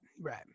right